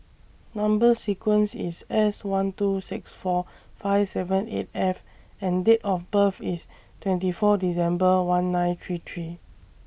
Number sequence IS S one two six four five seven eight F and Date of birth IS twenty four December one nine three three